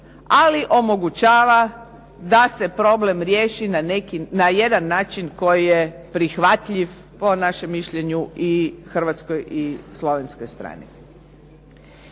ali omogućava da se problem riješi na jedan način koji je prihvatljiv, po našem mišljenju, i hrvatskoj i slovenskoj strani.